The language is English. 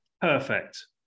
Perfect